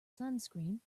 sunscreen